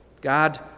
God